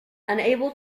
unable